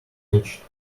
catch